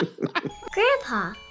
Grandpa